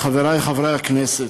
חברי חברי הכנסת,